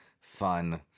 fun